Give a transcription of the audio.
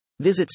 Visit